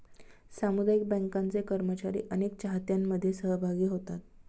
सामुदायिक बँकांचे कर्मचारी अनेक चाहत्यांमध्ये सहभागी होतात